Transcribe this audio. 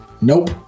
Nope